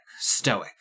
stoic